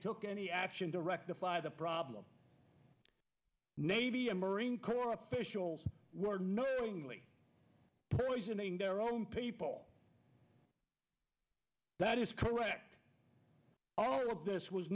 took any action to rectify the problem navy and marine corps officials were knowingly poisoning their own people that is correct all of this was